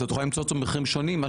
אתה יכול למצוא אותו במחירים שונים,